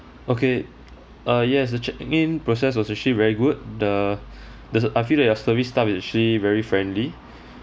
okay err yes the check-in process was actually very good the the I feel that your service staff is actually very friendly